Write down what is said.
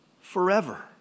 forever